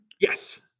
yes